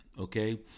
okay